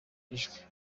ijwi